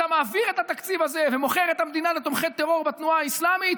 אתה מעביר את התקציב הזה ומוכר את המדינה לתומכי טרור בתנועה האסלאמית